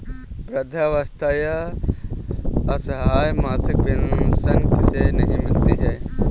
वृद्धावस्था या असहाय मासिक पेंशन किसे नहीं मिलती है?